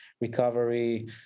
recovery